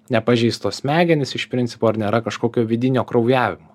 nepažeistos smegenys iš principo ar nėra kažkokio vidinio kraujavimo